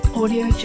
Audio